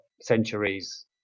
centuries